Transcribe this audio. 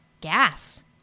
gas